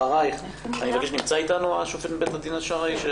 אחרייך השופט זחאלקה מבית הדין השרעי.